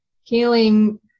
healing